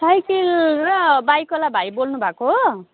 cycle र बाइकवाला भाइ बोल्नुभएको हो